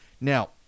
Now